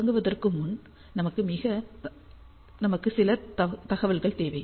தொடங்குவதற்கு முன் நமக்கு சில தகவல்கள் தேவை